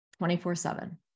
24/7